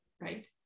Right